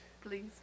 Please